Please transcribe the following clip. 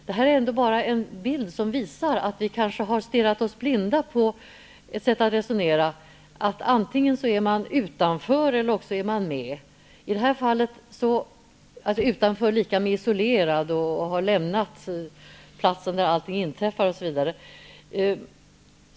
Detta är ändå en bild som visar att vi kanske har stirrat oss blinda -- antingen är man med eller också är man utanför, dvs. utanför i den meningen att man har isolerat sig och lämnat platsen där allting sker.